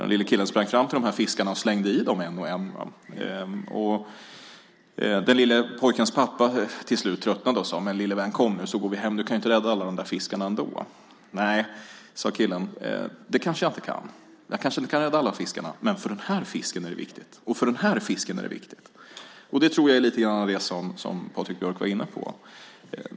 Den lille killen sprang fram till fiskarna och slängde i dem en och en. Pojkens pappa tröttnade till slut och sade: Lille vän, kom så går vi hem, du kan inte rädda alla de här fiskarna ändå. Nej, sade killen, det kanske jag inte kan, jag kanske inte kan rädda alla fiskarna, men för den här fisken är det viktigt. Det tror jag lite grann är det som Patrik Björck var inne på.